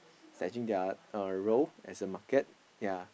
snatching their uh role as a market ya